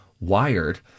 wired